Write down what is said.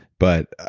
but,